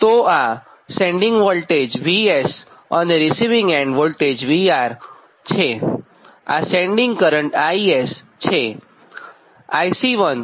તો આ sending end voltage VS આ રીસિવીંગ એન્ડ વોલ્ટેજ VR આ સેન્ડિંગ એન્ડ કરંટ IS છે